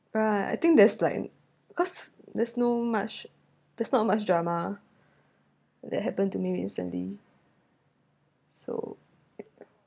right I think there's like because there's no much there's not much drama that happened to me recently so